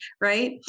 right